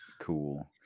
cool